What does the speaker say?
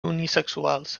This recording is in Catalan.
unisexuals